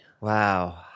Wow